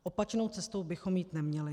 Opačnou cestou bychom jít neměli.